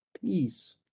peace